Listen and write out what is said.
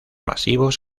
masivos